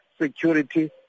security